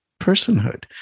personhood